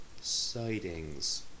sightings